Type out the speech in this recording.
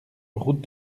route